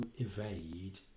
evade